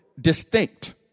distinct